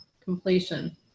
completion